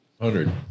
Hundred